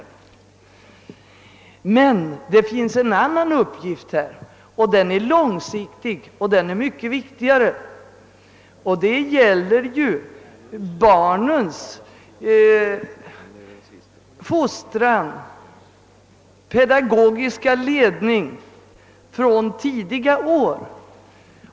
"Men det finns en annan uppgift i detta avseende. Den är långsiktig och den är mycket viktigare: det gäller barnens fostran och pedagogiska ledning från tidiga år.